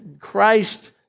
Christ